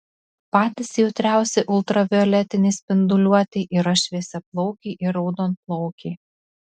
patys jautriausi ultravioletinei spinduliuotei yra šviesiaplaukiai ir raudonplaukiai